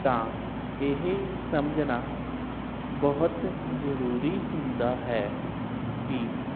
ਤਾਂ ਇਹ ਸਮਝਣਾ ਬਹੁਤ ਜ਼ਰੂਰੀ ਹੁੰਦਾ ਹੈ ਕਿ